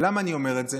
ולמה אני אומר את זה?